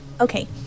okay